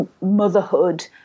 motherhood